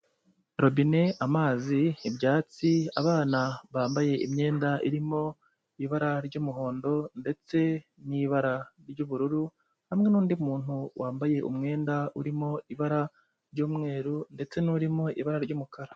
Robine, amazi, ibyatsi, abana bambaye imyenda irimo ibara ry'umuhondo ndetse n'ibara ry'ubururu, hamwe n'undi muntu wambaye umwenda urimo ibara ry'umweru ndetse n'urimo ibara ry'umukara.